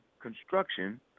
construction